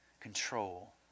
control